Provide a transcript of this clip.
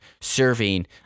serving